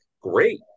great